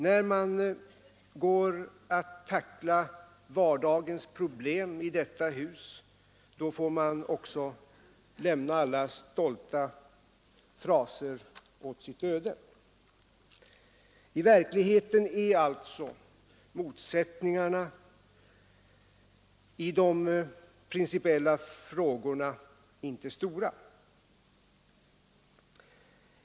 När man går att tackla vardagens problem i detta hus, får man lämna alla stolta fraser åt sitt öde. I verkligheten är alltså motsättningarna i de principiella frågorna inte stora.